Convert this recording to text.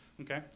Okay